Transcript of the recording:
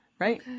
Right